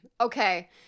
okay